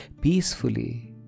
peacefully